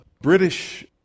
British